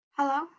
Hello